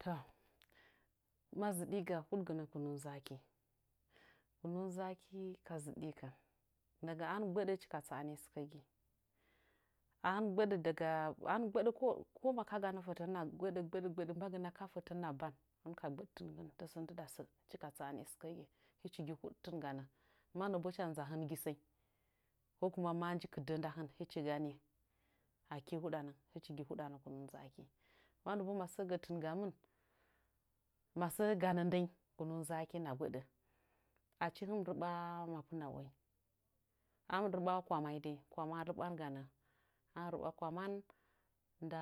To ma zɨɗiga huɗgɨnə kunun zaki kunun zaki ka zɨɗikɨn ndagam ahɨnmɨ gbəɗə hɨchi ka tsa'ani sɨkəgi a hɨn mi gbəɗə daga abɨn gbəɗəko ma kaganə fətən hɨna gbəɗə gbəɗə mbagɨnaka fətən hɨna ban hɨn ka gbədtɨnkɨn tasə hɨchi ka tsa'ani sɨkəgi həchi gi huɗtɨn ganə manəbo hɨcha nza hɨn gi sənyi ko kuma maji kɨdəh nda hɨn hɨchgi aki huɗanə hɨchi gɨ huɗanə kunun zaken mannəbo masə gətɨngamɨn masə ganə ndənyi kunun zake hɨna gbəɗə achi hɨna mɨ reɓa mapɨnaroinyi ahɨnmɨ reɓa kwamai dai kwama reɓanganə ahɨn mɨ reɓa kwaman nda